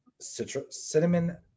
cinnamon